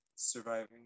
surviving